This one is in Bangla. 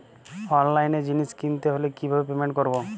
অনলাইনে জিনিস কিনতে হলে কিভাবে পেমেন্ট করবো?